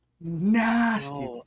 Nasty